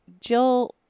Jill